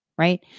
right